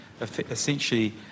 essentially